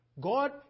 God